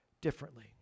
differently